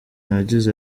yagize